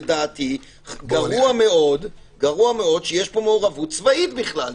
לדעתי - גרוע מאוד שיש פה מעורבות צבאית בכלל.